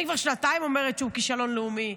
אני כבר שנתיים אומרת שהוא כישלון לאומי,